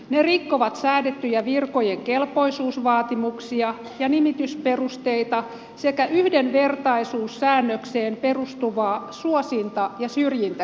ne rikkovat säädettyjä virkojen kelpoisuusvaatimuksia ja nimitysperusteita sekä yhdenvertaisuussäännökseen perustuvaa suosinta ja syrjintäkieltoa